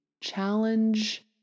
Challenge